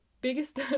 biggest